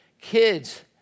Kids